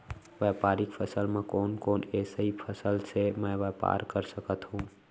व्यापारिक फसल म कोन कोन एसई फसल से मैं व्यापार कर सकत हो?